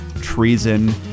treason